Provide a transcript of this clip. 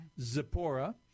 Zipporah